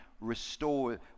restore